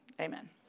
Amen